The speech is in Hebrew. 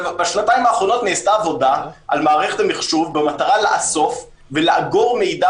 בשנתיים האחרונות נעשתה עבודה על מערכת המחשוב במטרה לאסוף ולאגור מידע